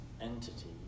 entity